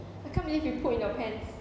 I can't believe you poop in your pants